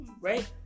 right